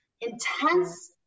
intense